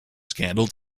scandal